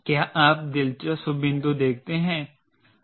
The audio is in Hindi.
क्या आप दिलचस्प बिंदु देखते हैं